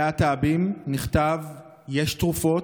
על הלהט"בים נאמר: "יש תרופות,